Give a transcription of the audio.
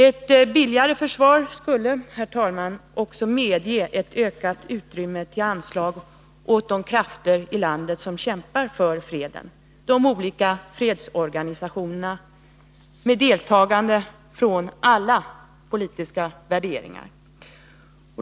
Ett billigare försvar skulle, herr talman, dessutom medge ökat utrymme för anslag till de krafter i landet som kämpar för freden — de olika fredsorganisationerna, med deltagande av representanter för alla politiska värderingar.